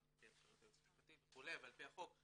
על פי הנחיות היועץ המשפטי וכולי ועל פי החוק,